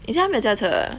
以前她没有驾车的